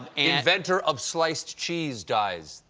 and inventor of sliced cheeseidize.